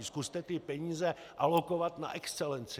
Zkuste ty peníze alokovat na excelenci.